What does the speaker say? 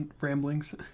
ramblings